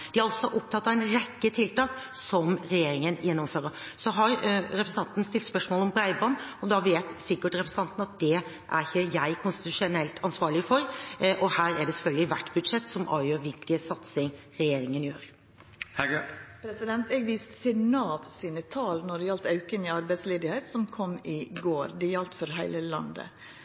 de er altså opptatt av en rekke tiltak som regjeringen gjennomfører. Så har representanten stilt spørsmål om bredbånd, og da vet sikkert representanten at det er ikke jeg konstitusjonelt ansvarlig for. Her er det selvfølgelig hvert budsjett som avgjør hvilken satsing regjeringen gjør. Eg viste til Nav sine tal når det gjaldt auken i arbeidsløysa, som kom i går. Det gjaldt for heile landet.